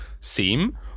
seem